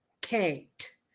Kate